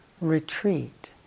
retreat